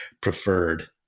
preferred